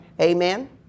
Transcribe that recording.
Amen